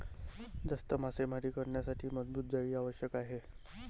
जास्त मासेमारी करण्यासाठी मजबूत जाळी आवश्यक आहे